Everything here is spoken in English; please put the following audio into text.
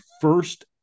first